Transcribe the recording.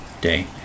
Day